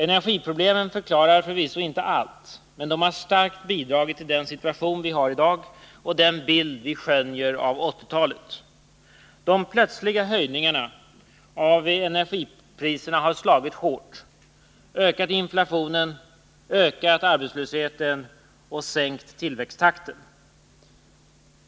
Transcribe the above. Energiproblemen förklarar förvisso inte allt, men de har starkt bidragit tillden situation vi har i dag och den bild vi skönjer av 1980-talet. De plötsliga höjningarna av energipriserna har slagit hårt, ökat inflationen, höjt arbetslösheten och sänkt tillväxttakten.